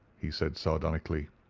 he said, sardonically.